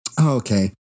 Okay